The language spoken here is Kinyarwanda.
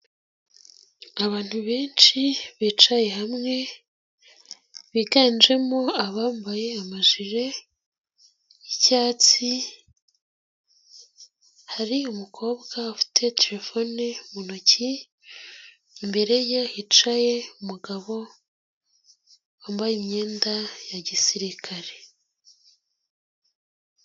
Abantu benshi bicaye hamwe biganjemo abambaye amajire yi'icyatsi, hari umukobwa ufite terefone mu ntoki imbere ye hicaye umugabo wambaye imyenda ya gisirikare.